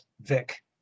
Vic